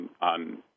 on